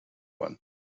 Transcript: one